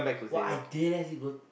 !wah! I dead ass you go